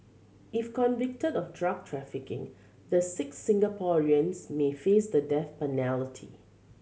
if convicted of drug trafficking the six Singaporeans may face the death